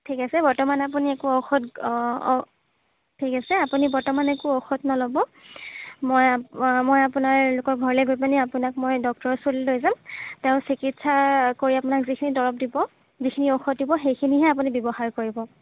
ঠিক আছে বৰ্তমান আপুনি একো ঔষধ অঁ অঁ ঠিক আছে আপুনি বৰ্তমানে একো ঔষধ নল'ব মই মই আপোনালোকৰ ঘৰলৈ গৈ পিনি আপোনাক মই ডক্টৰৰ ওচৰলৈ লৈ যাম তেওঁ চিকিৎসা কৰি আপোনাক যিখিনি দৰৱ দিব যিখিনি ঔষধ দিব সেইখিনিহে আপুনি ব্যৱহাৰ কৰিব